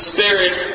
Spirit